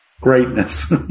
greatness